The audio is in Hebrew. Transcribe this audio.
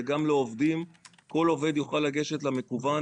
וגם לעובדים - כל עובד יוכל לגשת למקוון,